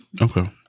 Okay